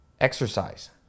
exercise